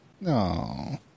No